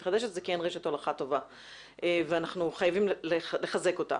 מתחדשת זה כי אין רשת הולכה טובה ואנחנו חייבים לחזק אותה.